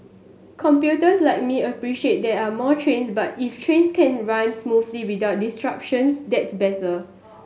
computers like me appreciate that are more trains but if trains can run smoothly without disruptions that's better